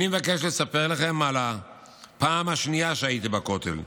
אני מבקש לספר לכם על הפעם השנייה שהייתי בכותל.